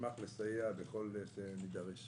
כמובן לסייע בכל מה שאדרש.